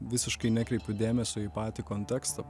visiškai nekreipiu dėmesio į patį kontekstą